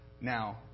Now